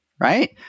Right